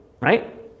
right